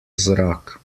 zrak